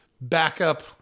backup